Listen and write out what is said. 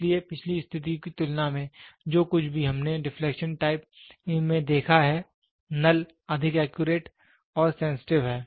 इसलिए पिछली स्थिति की तुलना में जो कुछ भी हमने डिफलेक्शन टाइप में देखा है नल अधिक एक्यूरेट और सेंसिटिव है